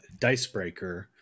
Dicebreaker